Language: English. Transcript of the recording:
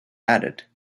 added